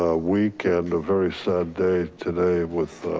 ah week and a very sad day today with,